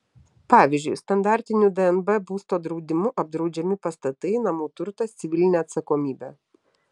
pavyzdžiui standartiniu dnb būsto draudimu apdraudžiami pastatai namų turtas civilinė atsakomybė